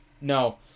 No